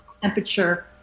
temperature